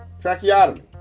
tracheotomy